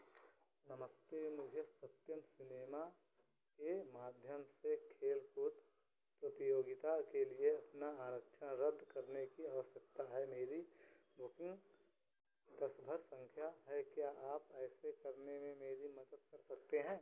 नमस्ते मुझे सत्यम सिनेमा के माध्यम से खेलकूद प्रतियोगिता के लिए अपना आरक्षण रद्द करने की आवश्यकता है मेरी बुकिंग कस्टमर संख्या है क्या आप ऐसे करने में मेरी मदद कर सकते हैं